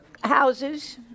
houses